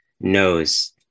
knows